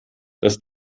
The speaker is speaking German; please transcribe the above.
das